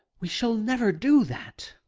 we shall never do that.